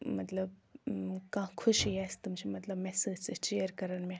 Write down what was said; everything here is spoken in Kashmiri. مطلب کانٛہہ خوشی آسہِ تِم چھِ مطلب مےٚ سۭتۍ سۭتۍ شِیَر کَران مےٚ